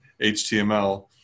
html